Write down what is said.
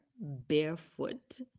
barefoot